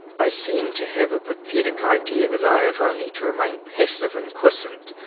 i seem to have a pathetic idea that i have only to remain passive and quiescent,